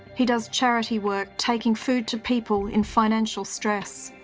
he does charity work, taking food to people in financial stress.